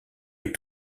est